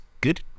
good